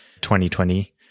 2020